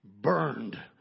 burned